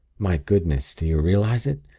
my goodness! do you realize it!